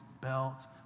belt